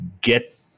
get